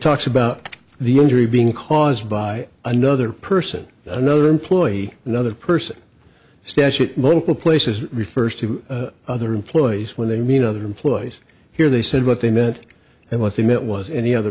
talks about the injury being caused by another person another employee another person statute monkey places refers to other employees when they mean other employees here they said what they meant and what they meant was any other